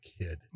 kid